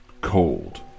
Cold